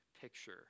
picture